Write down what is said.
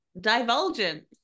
divulgence